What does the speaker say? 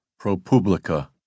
ProPublica